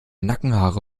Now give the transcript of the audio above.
nackenhaare